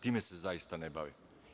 Time se zaista ne bavim.